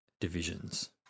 Divisions